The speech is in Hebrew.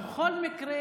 אבל בכל מקרה,